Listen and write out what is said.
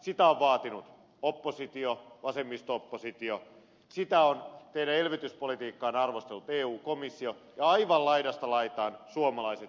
sitä on vaatinut oppositio vasemmisto oppositio teidän elvytyspolitiikkaanne on arvostellut eun komissio ja aivan laidasta laitaan suomalaiset ekonomistit